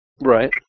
Right